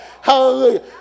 Hallelujah